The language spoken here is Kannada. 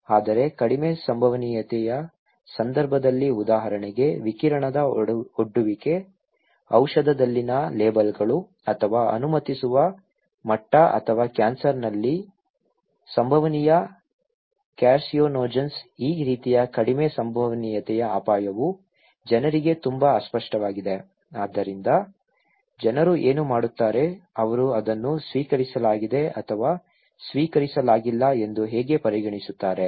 ಆದರೆ ಕಡಿಮೆ ಸಂಭವನೀಯತೆಯ ಸಂದರ್ಭದಲ್ಲಿ ಉದಾಹರಣೆಗೆ ವಿಕಿರಣದ ಒಡ್ಡುವಿಕೆ ಔಷಧದಲ್ಲಿನ ಲೇಬಲ್ಗಳು ಅಥವಾ ಅನುಮತಿಸುವ ಮಟ್ಟ ಅಥವಾ ಕ್ಯಾನ್ಸರ್ನಲ್ಲಿ ಸಂಭವನೀಯ ಕಾರ್ಸಿನೋಜೆನ್ಗಳು ಈ ರೀತಿಯ ಕಡಿಮೆ ಸಂಭವನೀಯತೆಯ ಅಪಾಯವು ಜನರಿಗೆ ತುಂಬಾ ಅಸ್ಪಷ್ಟವಾಗಿದೆ ಆದ್ದರಿಂದ ಜನರು ಏನು ಮಾಡುತ್ತಾರೆ ಅವರು ಅದನ್ನು ಸ್ವೀಕರಿಸಲಾಗಿದೆ ಅಥವಾ ಸ್ವೀಕರಿಸಲಾಗಿಲ್ಲ ಎಂದು ಹೇಗೆ ಪರಿಗಣಿಸುತ್ತಾರೆ